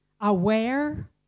aware